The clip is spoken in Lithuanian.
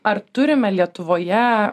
ar turime lietuvoje